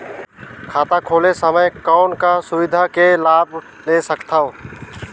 खाता खोले समय कौन का सुविधा के लाभ ले सकथव?